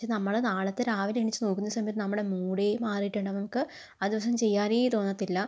നമ്മൾ നാളത്തെ രാവിലെ എണീച്ച് നോക്കുന്ന സമയത്ത് നമ്മുടെ മൂഡേ മാറീട്ടുണ്ടാകും നമുക്ക് അത് ആ ദിവസം ചെയ്യാനേ തോന്നത്തില്ല